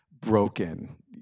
broken